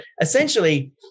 essentially